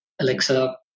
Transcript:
alexa